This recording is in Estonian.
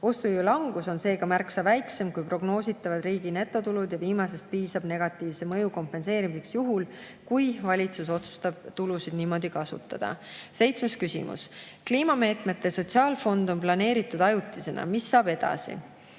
Ostujõu langus on seega märksa väiksem kui prognoositavad riigi netotulud ja viimasest piisab negatiivse mõju kompenseerimiseks juhul, kui valitsus otsustab tulusid niimoodi kasutada. Seitsmes küsimus: "Kliimameetmete sotsiaalfond on planeeritud ajutisena, mis saab edasi?"